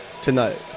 tonight